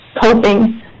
coping